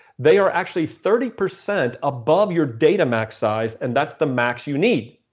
they are actually thirty percent above your data max size and that's the max you need.